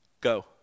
go